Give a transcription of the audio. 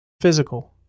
Physical